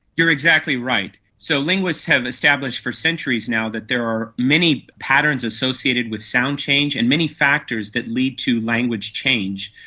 you're exactly right. so linguists have established for centuries now that there are many patterns associated with sound change and many factors that lead to language change.